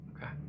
Okay